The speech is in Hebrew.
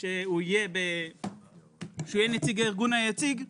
שהוא יהיה נציג הארגון היציג,